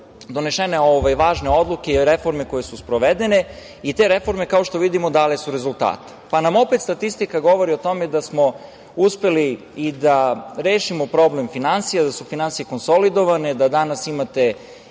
donesene važne odluke i reforme koje su sprovedene i te reforme, kao što vidimo, dale su rezultate. Opet nam statistika govori o tome da smo uspeli da rešimo problem finansija, da su finansije konsolidovane, da danas imate